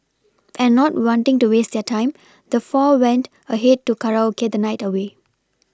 and not wanting to waste their time the four went ahead to karaoke the night away